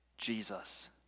Jesus